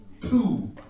Two